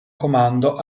comando